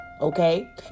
okay